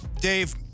Dave